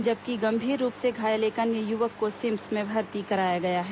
जबकि गंभीर रूप से घायल एक अन्य युवक को सिम्स में भर्ती कराया गया है